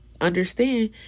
understand